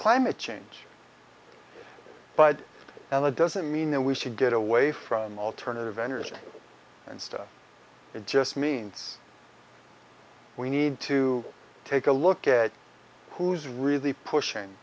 climate change but now that doesn't mean that we should get away from alternative energy and stuff it just means we need to take a look at who's really pushing